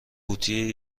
قوطی